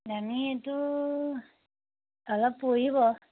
দামী এইটো অলপ পৰিব